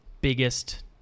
biggest